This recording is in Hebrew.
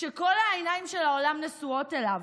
כשכל העיניים של העולם נשואות אליו,